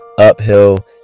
uphill